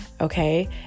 okay